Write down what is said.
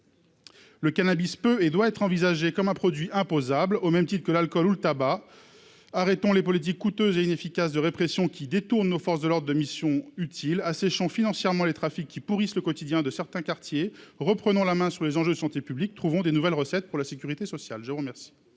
Le cannabis peut et doit être envisagé comme un produit imposable, au même titre que l'alcool ou le tabac. Arrêtons les politiques coûteuses et inefficaces de répression, qui détournent nos forces de l'ordre de missions utiles. Asséchons financièrement les trafics, qui pourrissent le quotidien de certains quartiers. Reprenons la main sur les enjeux de santé publique. Trouvons de nouvelles recettes pour la sécurité sociale. La parole